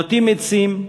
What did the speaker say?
נוטעים עצים,